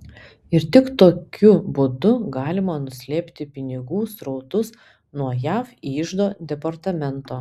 ir tik tokiu būdu galima nuslėpti pinigų srautus nuo jav iždo departamento